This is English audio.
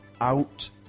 out